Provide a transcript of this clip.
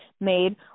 made